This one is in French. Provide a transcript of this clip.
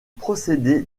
procédé